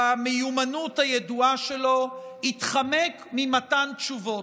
במיומנות הידועה שלו, התחמק ממתן תשובות.